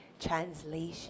Translation